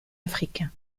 africain